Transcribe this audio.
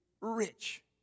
rich